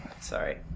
Sorry